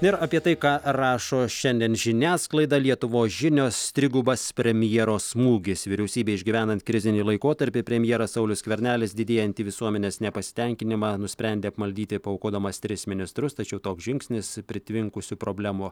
ir apie tai ką rašo šiandien žiniasklaida lietuvos žinios trigubas premjero smūgis vyriausybei išgyvenant krizinį laikotarpį premjeras saulius skvernelis didėjantį visuomenės nepasitenkinimą nusprendė apmaldyti paaukodamas tris ministrus tačiau toks žingsnis pritvinkusių problemų